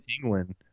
penguin